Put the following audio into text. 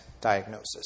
diagnosis